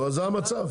אבל זה המצב.